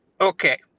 Okay